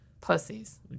Pussies